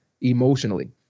emotionally